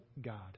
God